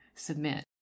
Submit